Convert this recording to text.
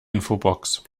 infobox